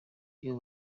iyo